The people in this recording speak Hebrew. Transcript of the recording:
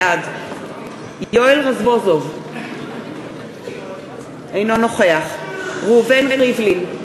בעד יואל רזבוזוב, אינו נוכח ראובן ריבלין,